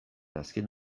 azken